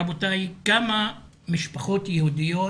רבותיי, כמה משפחות יהודיות